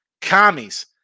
commies